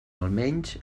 almenys